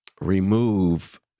remove